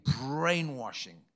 brainwashing